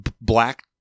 black